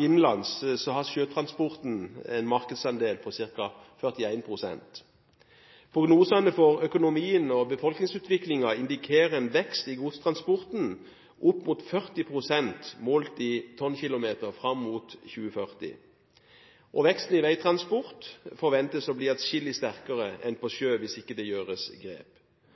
innenlands har sjøtransporten en markedsandel på ca. 41 pst. Prognosene for økonomien og befolkningsutviklingen indikerer en vekst i godstransporten opp mot 40 pst. målt i tonnkilometer fram mot 2040. Veksten i veitransport forventes å bli atskillig sterkere enn på sjø hvis det ikke gjøres grep.